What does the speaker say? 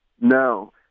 No